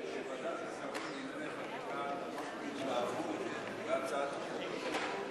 שרים לענייני חקיקה שתמך בהתלהבות בהצעת החוק הזאת: